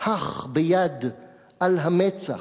העלם!/ הך ביד על המצח,